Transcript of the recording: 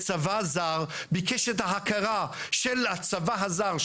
ביקש את ההכרה של הצבא הזר,